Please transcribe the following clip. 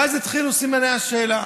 ואז יתחילו סימני השאלה.